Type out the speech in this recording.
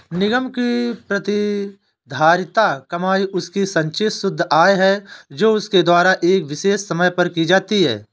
निगम की प्रतिधारित कमाई उसकी संचित शुद्ध आय है जो उसके द्वारा एक विशेष समय पर की जाती है